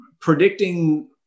predicting